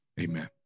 Amen